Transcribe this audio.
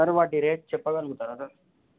sir వాటి rate చెప్పగలుగుతారా sir